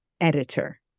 editor